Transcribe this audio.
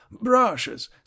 brushes